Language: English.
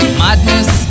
madness